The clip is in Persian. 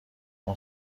اون